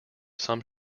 some